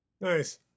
Nice